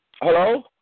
Hello